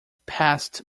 passed